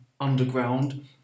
underground